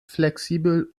flexibel